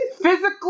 physically